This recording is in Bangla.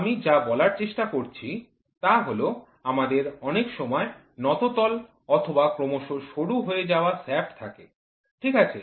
আমি যা বলার চেষ্টা করছি তা হল আমাদের অনেক সময় নততল অথবা ক্রমশ সরু হয়ে যাওয়া শ্যাফ্ট থাকে ঠিক আছে